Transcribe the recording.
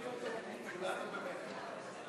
אני לא בטוח,